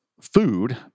food